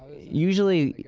usually,